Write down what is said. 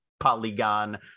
polygon